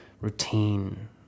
routine